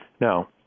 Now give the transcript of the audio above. now